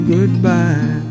Goodbye